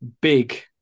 big